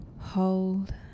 Hold